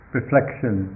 reflection